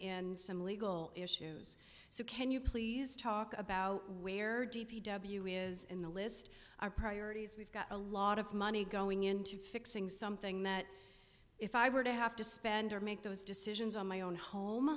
been some legal issues so can you please talk about where d p w is in the list of priorities we've got a lot of money going into fixing something that if i were to have to spend or make those decisions on my own home